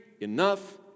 enough